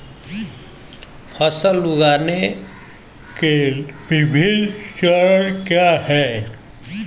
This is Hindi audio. फसल उगाने के विभिन्न चरण क्या हैं?